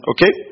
Okay